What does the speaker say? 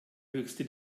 höchste